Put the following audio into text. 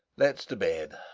let's to bed.